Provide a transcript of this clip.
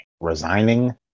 resigning